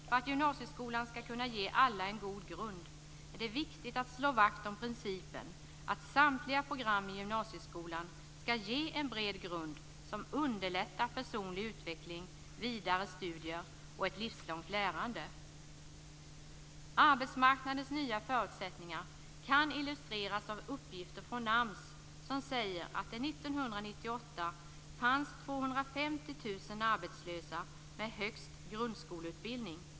För att gymnasieskolan skall kunna ge alla en god grund är det viktigt att slå vakt om principen att samtliga program i gymnasieskolan skall ge en bred grund som underlättar personlig utveckling, vidare studier och ett livslångt lärande. Arbetsmarknadens nya förutsättningar kan illustreras av uppgifter från AMS som säger att det 1998 fanns 250 000 arbetslösa med högst grundskoleutbildning.